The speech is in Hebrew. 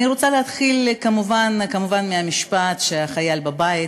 אני רוצה להתחיל כמובן כמובן מהמשפט שהחייל בבית,